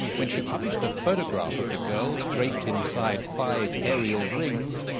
when she published a photograph of the girls draped inside five aerial rings,